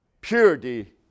purity